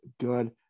good